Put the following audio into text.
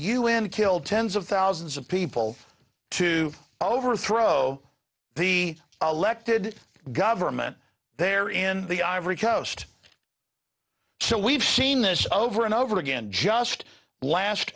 un killed tens of thousands of people to overthrow the elected government there in the ivory coast so we've seen this over and over again just last